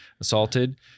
assaulted